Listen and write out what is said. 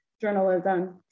journalism